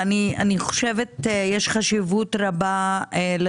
ארצה דווקא לשמוע מה נעשה בין דיון